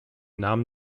namen